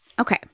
Okay